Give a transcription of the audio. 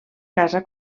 casa